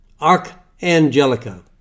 Archangelica